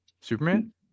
Superman